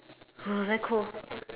very cold